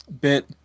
bit